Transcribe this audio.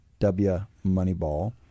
WMoneyball